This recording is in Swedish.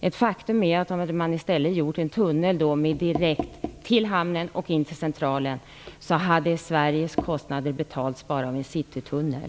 Ett faktum är att om man i stället hade satsat på en tunnel till hamnen och vidare in till Centralen, hade Sveriges kostnader betalats bara av en citytunnel.